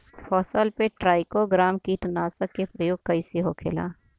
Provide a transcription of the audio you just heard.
फसल पे trichogramma कीटनाशक के प्रयोग कइसे होखेला?